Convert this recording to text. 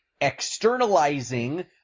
externalizing